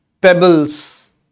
pebbles